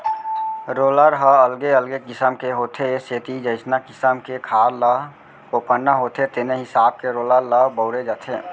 roller ह अलगे अलगे किसम के होथे ए सेती जइसना किसम के खार ल कोपरना होथे तेने हिसाब के रोलर ल बउरे जाथे